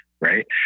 right